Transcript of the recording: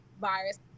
virus